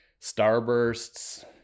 Starbursts